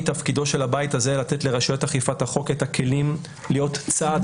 תפקידו של הבית הזה הוא לתת לרשויות אכיפת החוק את הכלים להיות צעד